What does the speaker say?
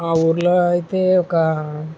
ఆ ఊరిలో అయితే ఒక